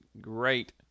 great